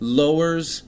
lowers